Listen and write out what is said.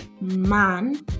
man